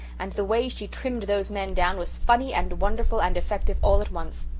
and the way she trimmed those men down was funny and wonderful and effective all at once.